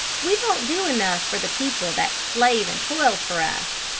we don't do enough for the people that slave and toil for us.